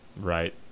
right